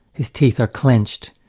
his teeth are clenched,